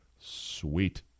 Sweet